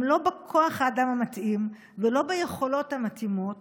הם לא בכוח האדם המתאים ולא ביכולות המתאימות